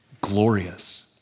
glorious